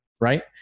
right